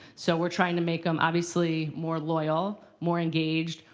so we're trying to make them, obviously, more loyal, more engaged.